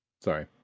Sorry